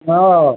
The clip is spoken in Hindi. हाँ